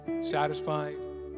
satisfying